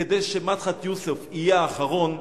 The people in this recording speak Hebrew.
כדי שמדחת יוסף יהיה האחרון,